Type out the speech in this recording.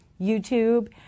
YouTube